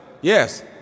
yes